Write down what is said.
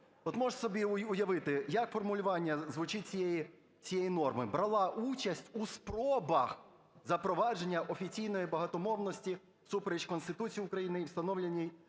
От можна собі уявити як формулювання звучить цієї норми: "брала участь у спробах запровадження офіційної багатомовності всупереч Конституції України і встановленій